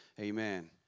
Amen